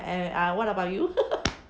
and ah what about you